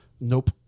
nope